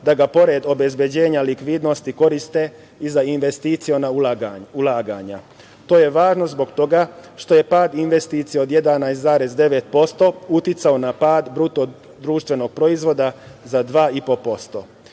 da ga pored obezbeđenja likvidnosti koriste i za investiciona ulaganja. To je važno zbog toga što je pad investicija od 11,9% uticao na pad BDP-a za 2,5%.Bilo